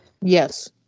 Yes